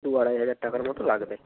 দু আড়াই হাজার টাকার মতো লাগবে